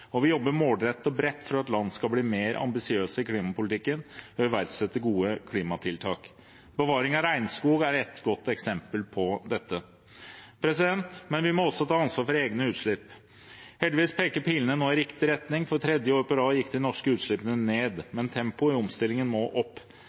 og vi jobber målrettet og bredt for at land skal bli mer ambisiøse i klimapolitikken og iverksette gode klimatiltak. Bevaring av regnskog er et godt eksempel på dette. Men vi må også ta ansvar for egne utslipp. Heldigvis peker pilene nå i riktig retning: For tredje år på rad gikk de norske utslippene ned.